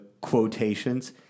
quotations